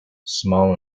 small